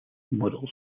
models